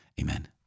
amen